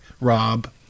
rob